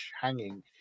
hanging